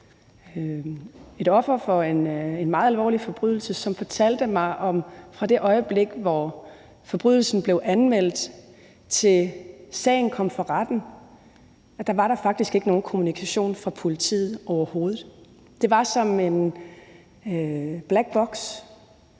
et offer for en meget alvorlig forbrydelse, som fortalte mig om, at fra det øjeblik, hvor forbrydelsen blev anmeldt, og til sagen kom for retten, var der faktisk ikke nogen kommunikation fra politiet overhovedet. Det var som en black box,